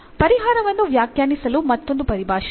ಪರಿಹಾರವನ್ನು ವ್ಯಾಖ್ಯಾನಿಸಲು ಮತ್ತೊಂದು ಪರಿಭಾಷೆ ಇದೆ